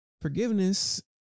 Forgiveness